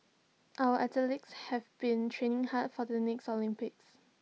our athletes have been training hard for the next Olympics